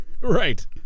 right